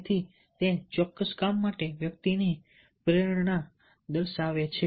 તેથી તે ચોક્કસ કામ કરવા માટે વ્યક્તિની પ્રેરણા દર્શાવે છે